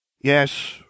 Yes